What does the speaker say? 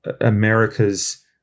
America's